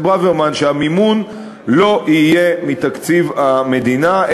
ברוורמן שהמימון לא יהיה מתקציב המדינה,